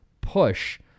push